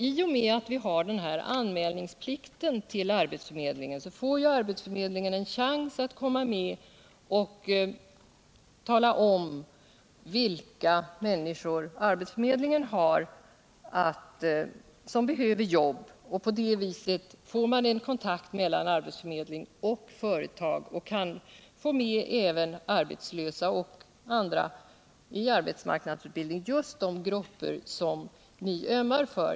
I och med anmälningsplikten till arbetsförmedlingen får arbetsförmedlingen en chans att tala om vilka människor som dit har anmält att de behöver ett jobb. På det sättet får man en kontakt mellan arbetsförmedlingen och företagen och kan därigenom få med just de grupper som ni socialdemokrater ömmar för.